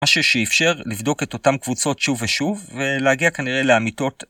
משהו שאיפשר לבדוק את אותם קבוצות שוב ושוב ולהגיע כנראה לאמיתות